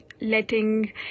letting